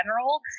general